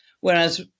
Whereas